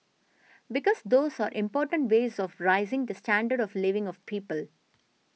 because those are important ways of raising the standard of living of people